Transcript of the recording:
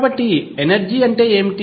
కాబట్టి ఎనర్జీ అంటే ఏమిటి